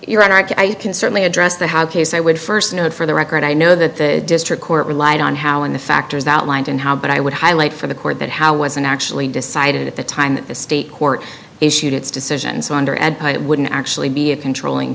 you're right i can certainly address the how case i would first know for the record i know that the district court relied on how and the factors outlined and how but i would highlight for the court that how wasn't actually decided at the time the state court issued its decisions under and it wouldn't actually be a controlling